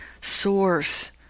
source